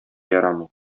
ярамый